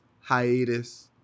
hiatus